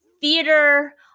theater